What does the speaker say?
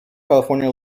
california